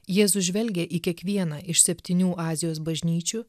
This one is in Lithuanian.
jėzus žvelgia į kiekvieną iš septynių azijos bažnyčių